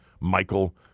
Michael